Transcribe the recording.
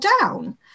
down